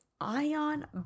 ion